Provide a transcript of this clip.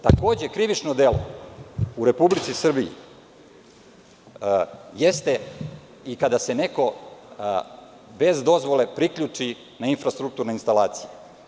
Takođe, krivično delou Republici Srbiji jeste i kada se neko bez dozvole priključi na infrastrukturne instalacije.